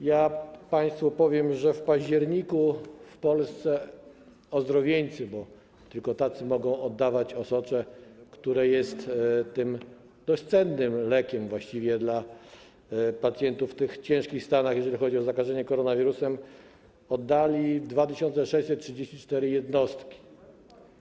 Powiem państwu, że w październiku w Polsce ozdrowieńcy, bo tylko tacy mogą oddawać osocze - które jest bezcennym lekiem właściwie dla pacjentów w ciężkich stanach, jeżeli chodzi o zakażenie koronawirusem - oddali 2634 jednostki.